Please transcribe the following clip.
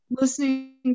listening